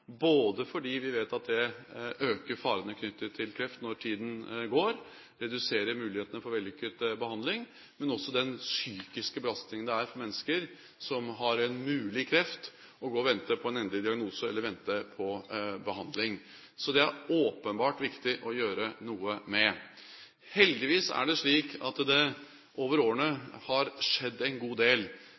både fordi vi vet at det øker farene knyttet til kreft når tiden går, det reduserer muligheten for vellykket behandling, og fordi det er en psykisk belastning for mennesker som muligens har kreft, å gå og vente på en endelig diagnose eller vente på behandling. Så det er det åpenbart viktig å gjøre noe med. Heldigvis er det slik at det over årene har skjedd en god del.